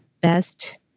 best